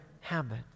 habit